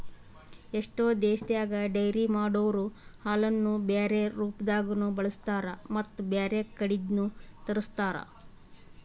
ಎಷ್ಟೋ ದೇಶದಾಗ ಡೈರಿ ಮಾಡೊರೊ ಹಾಲನ್ನು ಬ್ಯಾರೆ ರೂಪದಾಗನೂ ಬಳಸ್ತಾರ ಮತ್ತ್ ಬ್ಯಾರೆ ಕಡಿದ್ನು ತರುಸ್ತಾರ್